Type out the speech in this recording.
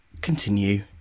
Continue